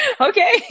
Okay